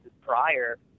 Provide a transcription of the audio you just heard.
prior